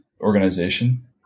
organization